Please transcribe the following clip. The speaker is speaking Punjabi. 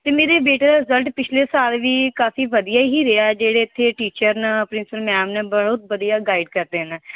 ਅਤੇ ਮੇਰੀ ਬੇਟੇ ਦਾ ਰਿਜ਼ਲਟ ਪਿਛਲੇ ਸਾਲ ਵੀ ਕਾਫੀ ਵਧੀਆ ਹੀ ਰਿਹਾ ਜਿਹੜੇ ਇੱਥੇ ਨੇ ਪ੍ਰਿੰਸੀਪਲ ਮੈਮ ਨੇ ਬਹੁਤ ਵਧੀਆ ਗਾਈਡ ਕਰਦੇ ਨੇ